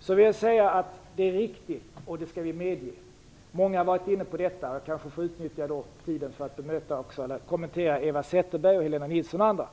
SIDA vill jag säga att den är riktig, och det skall vi medge. Många har varit inne på detta. Jag kanske får utnyttja tiden för att även bemöta Eva Zetterberg, Helena Nilsson och andra.